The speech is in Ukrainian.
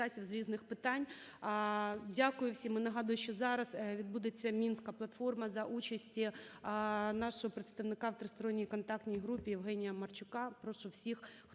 Дякую всім,